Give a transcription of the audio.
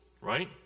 right